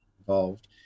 involved